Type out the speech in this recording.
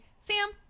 Sam